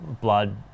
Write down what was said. blood